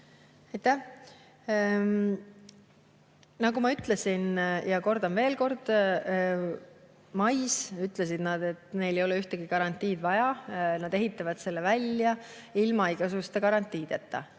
Nagu ma ütlesin ja kordan veel: mais ütlesid nad, et neil ei ole ühtegi garantiid vaja, nad ehitavad selle [kai] välja ilma igasuguste garantiideta.